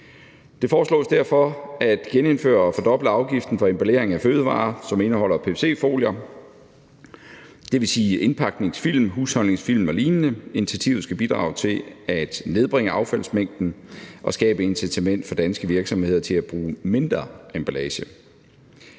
Det foreslås derfor at genindføre og fordoble afgiften for emballering af fødevarer, som indeholder pvc-folier, dvs. indpakningsfilm, husholdningsfilm og lignende. Initiativet skal bidrage til at nedbringe affaldsmængden og skabe incitament for danske virksomheder til at bruge mindre emballage.